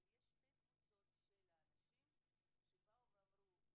אבל יש שתי קבוצות של אנשים שבאו ואמרו: